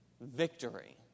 Victory